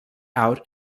out